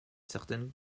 certaine